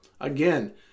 Again